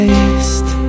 Taste